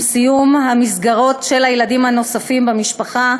עם סיום המסגרות של הילדים הנוספים במשפחה,